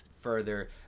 further